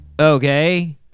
okay